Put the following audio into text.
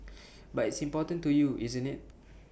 but it's important to you isn't IT